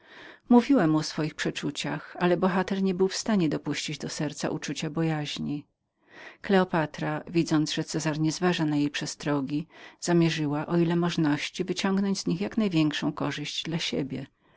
mu o swoich przeczuciach ale bohater nie był w stanie przypuszczenia do serca uczucia bojaźni kleopatra widząc że cezar nie zważa na jej przestrogi zamierzyła o ile możności dla siebie wyciągnąć z nich jak największą korzyść